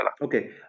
okay